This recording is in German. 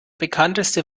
bekannteste